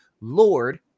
Lord